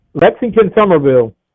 Lexington-Somerville